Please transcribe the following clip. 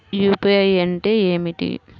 UPI అంటే ఏమిటి?